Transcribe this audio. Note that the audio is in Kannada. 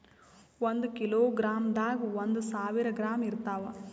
ಒಂದ್ ಕಿಲೋಗ್ರಾಂದಾಗ ಒಂದು ಸಾವಿರ ಗ್ರಾಂ ಇರತಾವ